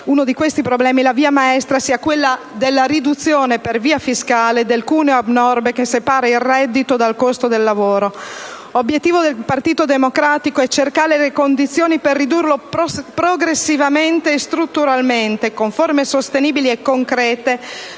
uno dei problemi la via maestra sia quella della riduzione, per via fiscale, del cuneo abnorme che separa il reddito dal costo del lavoro. Obiettivo del Partito Democratico è cercare le condizioni per ridurlo progressivamente e strutturalmente con forme sostenibili e concrete,